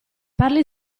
parli